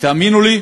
ותאמינו לי,